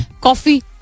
coffee